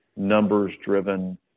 Numbers-driven